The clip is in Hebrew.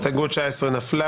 ההסתייגות נפלה.